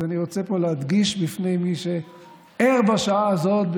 אז אני רוצה פה להדגיש בפני מי שער בשעה הזאת,